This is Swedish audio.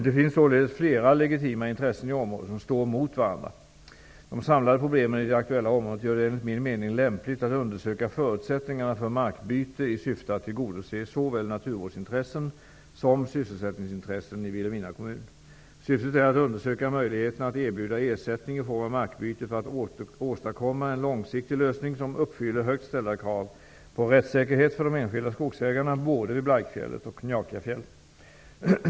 Det finns således flera legitima intressen i området som står mot varandra. De samlade problemen i det aktuella området gör det enligt min mening lämpligt att undersöka förutsättningarna för markbyte i syfte att tillgodose såväl naturvårdsintressen som sysselsättningsintressen i Vilhelmina kommun. Syftet är att undersöka möjligheterna att erbjuda ersättning i form av markbyte för att åstadkomma en långsiktig lösning som uppfyller högt ställda krav på rättssäkerhet för de enskilda skogsägarna både vid Blaikfjället och vid Njakafjäll.